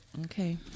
Okay